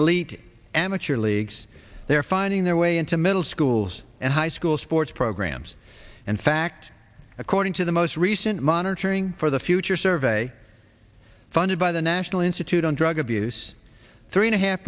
elite amateur leagues they're finding their way into middle schools and high school sports programs and fact according to the most recent monitoring for the future survey funded by the national institute on drug abuse three and a half